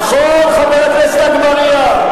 נכון, חבר הכנסת אגבאריה.